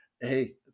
Hey